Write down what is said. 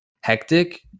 hectic